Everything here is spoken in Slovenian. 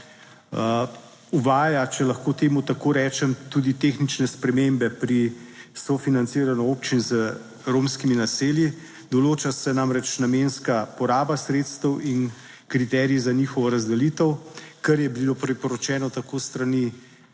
Uvaja, če lahko temu tako rečem, tudi tehnične spremembe pri sofinanciranju občin z romskimi naselji. Določa se namreč namenska poraba sredstev in kriteriji za njihovo razdelitev, kar je bilo priporočeno tako s strani